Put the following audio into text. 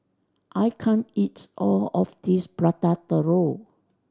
I can't eat all of this Prata Telur